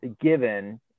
given